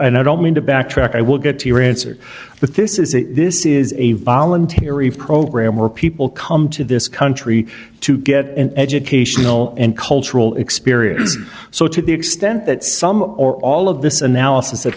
don't mean to backtrack i will get to your answer but this is a this is a voluntary program where people come to this country to get an educational and cultural experience so to the extent that some or all of this analysis that